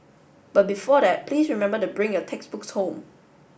but before that please remember the bring your textbooks home